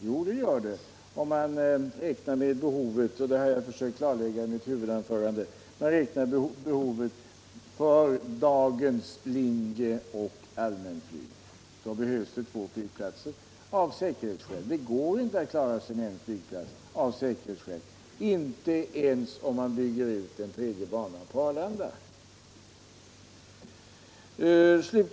Jo, det gör det om man räknar med —- och detta har jag försökt klarlägga i mitt huvudanförande — behovet för dagens linjeoch allmänflyg. Då behövs det två flygplatser, av säkerhetsskäl. Det går inte att klara sig med en flygplats, av säkerhetsskäl. Det går inte ens om man bygger ut den tredje banan på Arlanda.